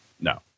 no